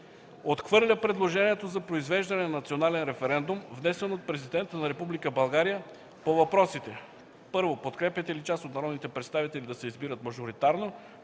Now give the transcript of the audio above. Отхвърля предложението за произвеждане на национален референдум внесено от Президента на Република България по въпросите: 1. Подкрепяте ли част от народните представители да се избират мажоритарно?